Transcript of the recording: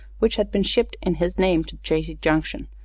which had been shipped, in his name to chazy junction,